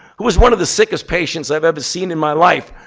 who was one of the sickest patients i've ever seen in my life.